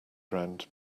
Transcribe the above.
ground